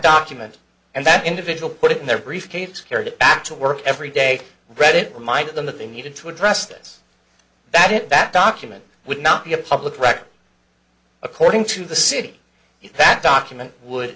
document and that individual put it in their briefcase carried it back to work every day read it remind them that they needed to address this that it that document would not be a public record according to the city that document would